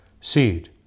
seed